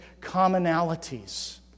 commonalities